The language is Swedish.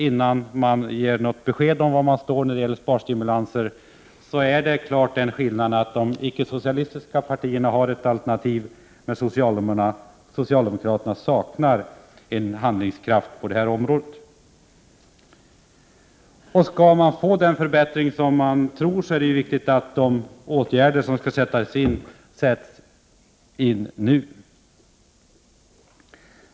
Innan man ger något besked om var man står när det gäller sparstimulanser består naturligtvis den skillnaden att de icke-socialistiska partierna har ett alternativ, medan socialdemokraterna på det här området saknar handlingskraft. Skall man få tillstånd den förbättring som man tror är möjlig, är det viktigt att de åtgärder som skall sättas in sätts in nu!